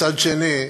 מצד שני,